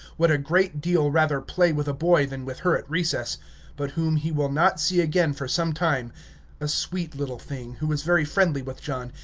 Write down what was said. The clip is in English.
would a great deal rather play with a boy than with her at recess but whom he will not see again for some time a sweet little thing, who is very friendly with john,